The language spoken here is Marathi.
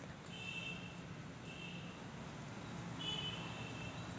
कपड्याच्या दुकानासाठी कर्ज पाहिजे हाय, त्यासाठी कोनचे कागदपत्र द्या लागन?